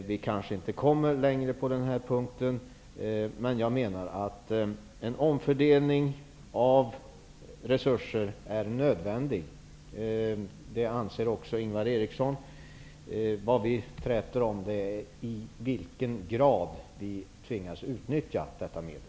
Vi kanske inte kommer längre på den här punkten. Jag menar dock att en omfördelning av resurser är nödvändig. Det anser också Ingvar Eriksson. Vad vi träter om är i vilken grad vi tvingas utnyttja detta medel.